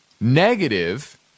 negative